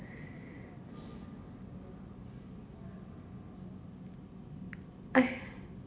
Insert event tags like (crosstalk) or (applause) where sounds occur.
(noise)